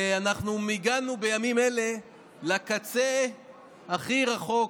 אנחנו הגענו בימים אלה לקצה הכי רחוק